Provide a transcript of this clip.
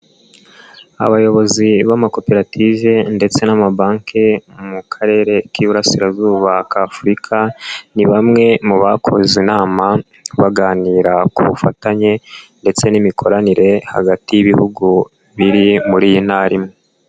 Abayobozi b'amakoperative ndetse n'amabanke mu karere k'Iburasirazuba k'Afurika ni bamwe mu bakoze inama baganira ku bufatanye ndetse n'imikoranire hagati y'ibihugu biri muri iyi ntara imwe.